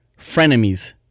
Frenemies